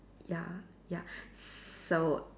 ya ya so